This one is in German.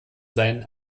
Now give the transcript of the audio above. sein